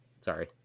sorry